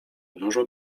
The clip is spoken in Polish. dużą